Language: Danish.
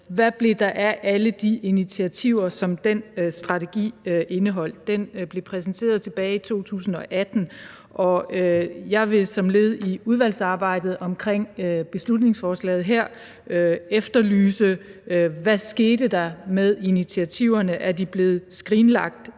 hvad der blev af alle de initiativer, som den strategi indeholdt. Den blev præsenteret tilbage i 2018, og jeg vil som led i udvalgsarbejdet omkring beslutningsforslaget her efterlyse, hvad der skete med initiativerne, altså om de er blevet skrinlagt